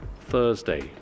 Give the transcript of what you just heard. Thursday